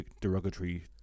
derogatory